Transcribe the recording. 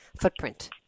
footprint